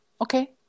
Okay